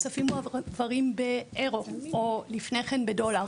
הכספים מועברים באירו או לפני כן בדולר